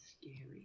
scary